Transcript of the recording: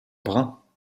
bruns